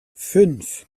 fünf